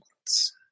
months